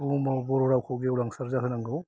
बुहुमाव बर' रावखौ गेउलांसार जाहोनांगौ